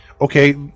okay